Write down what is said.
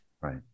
Right